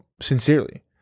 sincerely